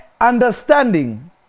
understanding